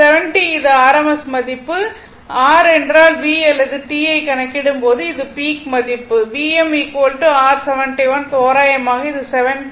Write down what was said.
70 இது rms மதிப்பு r என்றால் v அல்லது t ஐ கணக்கிடும்போது இது பீக் மதிப்பு v m r 71 தோராயமாக இது 70